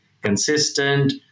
consistent